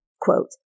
Quote